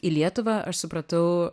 į lietuvą aš supratau